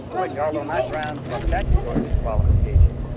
which, although not grounds for statutory disqualification,